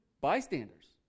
bystanders